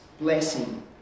blessing